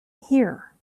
here